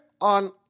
on